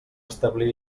establir